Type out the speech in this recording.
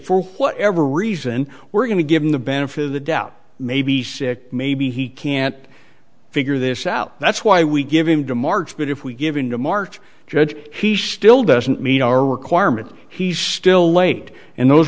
for whatever reason we're going to give him the benefit of the doubt maybe six maybe he can't figure this out that's why we give him to march but if we give into march judge he still doesn't meet our requirement he's still late and those